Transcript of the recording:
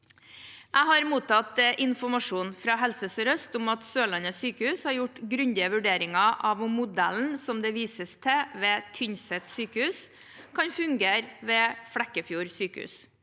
Jeg har mottatt informasjon fra Helse sør-øst om at Sørlandet sykehus har gjort grundige vurderinger av om modellen som det vises til ved Tynset sykehus, kan fungere ved Flekkefjord sykehus.